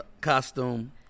costume